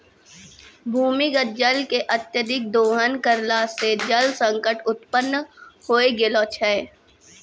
भूमीगत जल के अत्यधिक दोहन करला सें जल संकट उत्पन्न होय गेलो छै